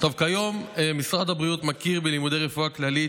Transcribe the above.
כיום משרד הבריאות מכיר בלימודי רפואה כללית,